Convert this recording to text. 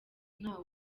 nta